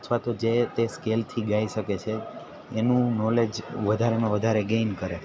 અથવા તો જે તે સ્કેલથી ગાઈ શકે છે એનું નોલેજ વધારેમાં વધારે ગેઈન કરે